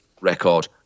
record